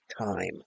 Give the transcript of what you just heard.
time